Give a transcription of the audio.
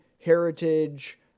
Heritage